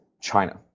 China